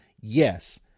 Yes